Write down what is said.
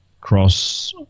cross